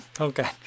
okay